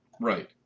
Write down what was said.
right